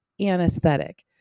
anesthetic